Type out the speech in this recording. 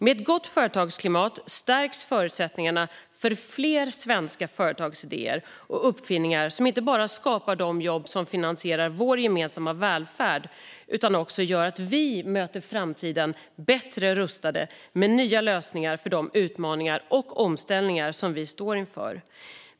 Med ett gott företagsklimat stärks förutsättningarna för fler svenska företagsidéer och uppfinningar som inte bara skapar de jobb som finansierar vår gemensamma välfärd utan också gör att vi möter framtiden bättre rustade med nya lösningar för de utmaningar och omställningar vi står inför.